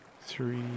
three